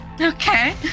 Okay